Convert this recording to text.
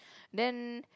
then